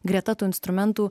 greta tų instrumentų